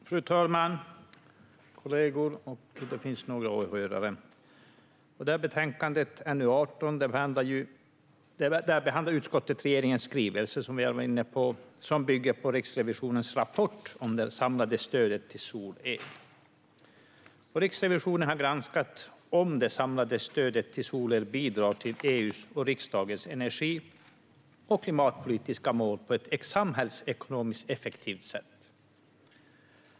Fru talman! Kollegor och åhörare! I betänkande NU18 behandlar utskottet regeringens skrivelse, som vi har varit inne på och som bygger på Riksrevisionens rapport om det samlade stödet till solel. Riksrevisionen har granskat om det samlade stödet till solel bidrar till EU:s och riksdagens energi och klimatpolitiska mål på ett samhällsekonomiskt effektivt sätt.